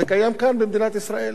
הרי הוא קיים כאן במדינת ישראל.